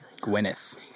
Gwyneth